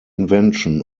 invention